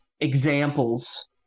examples